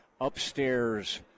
upstairs